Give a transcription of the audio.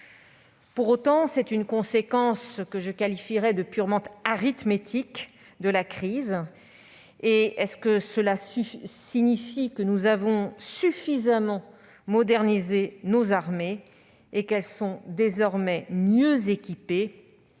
Pour autant, c'est une conséquence purement arithmétique de la crise. Cela signifie-t-il que nous avons suffisamment modernisé nos armées et qu'elles sont désormais mieux équipées ?